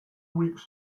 weeks